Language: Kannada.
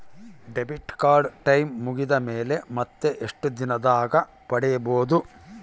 ಡೆಬಿಟ್ ಕಾರ್ಡ್ ಟೈಂ ಮುಗಿದ ಮೇಲೆ ಮತ್ತೆ ಎಷ್ಟು ದಿನದಾಗ ಪಡೇಬೋದು?